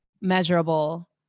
measurable